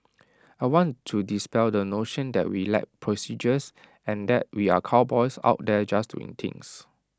I want to dispel the notion that we lack procedures and that we are cowboys out there just doing things